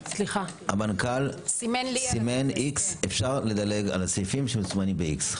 המנכ"ל סימן איקס אפשר לדלג על הסעיפים שמסומנים באיקס.